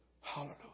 Hallelujah